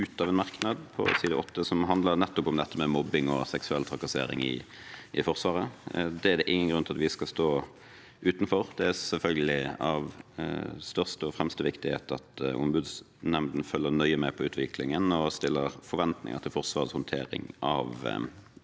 falt ut av en merknad på side 8, som handler nettopp om mobbing og seksuell trakassering i Forsvaret. Det er det ingen grunn til at vi skal stå utenfor. Det er selvfølgelig av største og fremste viktighet at Ombudsnemnda følger nøye med på utviklingen og stiller forventninger til Forsvarets håndtering av